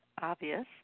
obvious